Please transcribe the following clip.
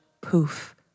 Poof